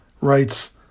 writes